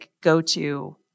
go-to